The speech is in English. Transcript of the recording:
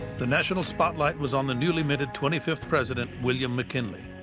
the national spotlight was on the newly minted twenty fifth president, william mckinley.